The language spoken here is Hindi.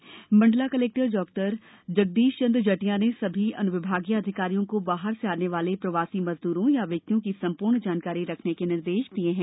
उधर मंडला कलेक्टर डॉ जगदीश चन्द्र जटिया ने सभी अन्विभागीय अधिकारियों को बाहर से आने वाले प्रवासी मजदूरों या व्यक्तियों की संपूर्ण जानकारी रखने के निर्देश दिए हैं